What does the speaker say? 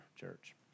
church